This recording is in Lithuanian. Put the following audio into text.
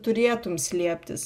turėtum slėptis